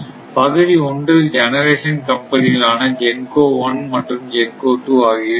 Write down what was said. பகுதி ஒன்றில் ஜெனரேஷன் கம்பெனிகள் ஆன GENCO 1 மற்றும் GENCO 2 ஆகியவை உள்ளன